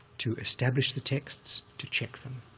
to establish the texts, to check them.